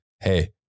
hey